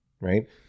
Right